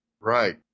Right